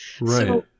right